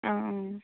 অঁ